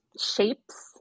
shapes